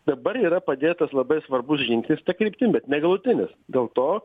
dabar yra padėtas labai svarbus žingsnis ta kryptim bet negalutinis dėl to